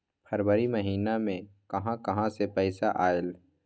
फरवरी महिना मे कहा कहा से पैसा आएल?